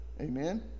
Amen